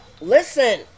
listen